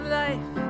life